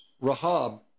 Rahab